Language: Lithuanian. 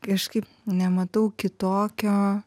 kažkaip nematau kitokio